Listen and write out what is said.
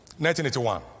1981